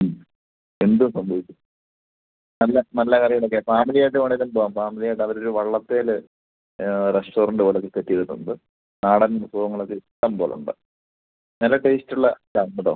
എന്ത് സംഭവിച്ചു നല്ല നല്ല കറികളൊക്കെയാണ് ഫാമിലിയായിട്ട് വേണേലും പോവാം ഫാമിലിയായിട്ടവരൊരു വള്ളത്തേൽ റെസ്റ്റോറൻറ്റ് പോലൊരു സെറ്റ് ചെയ്തിട്ടുണ്ട് നാടൻ വിഭവങ്ങളിഷ്ടം പോലുണ്ട് നല്ല ടേസ്റ്റുള്ളതാണ് കേട്ടോ